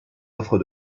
offres